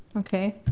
okay,